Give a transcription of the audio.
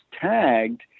tagged